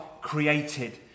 created